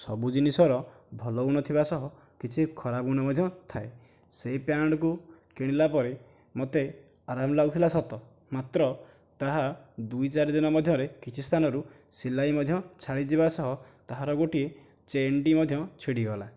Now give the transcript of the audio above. ସବୁ ଜିନିଷର ଭଲ ଗୁଣ ଥିବା ସହ କିଛି ଖରାପ ଗୁଣ ମଧ୍ୟ ଥାଏ ସେହି ପ୍ୟାଣ୍ଟକୁ କିଣିଲା ପରେ ମୋତେ ଆରାମ ଲାଗୁଥିଲା ସତ ମାତ୍ର ତାହା ଦୁଇ ଚାରି ଦିନ ମଧ୍ୟରେ କିଛି ସ୍ଥାନରୁ ସିଲାଇ ମଧ୍ୟ ଛାଡ଼ିଯିବା ସହ ତାହାର ଗୋଟିଏ ଚେନ୍ଟି ମଧ୍ୟ ଛିଡ଼ି ଗଲା